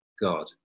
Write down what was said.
God